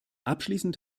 abschließend